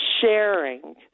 sharing